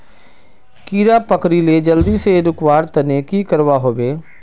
कीड़ा पकरिले जल्दी से रुकवा र तने की करवा होबे?